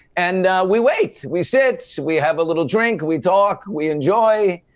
and we wait! we sit, we have a little drink, we talk, we enjoy.